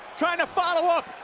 trying to follow up.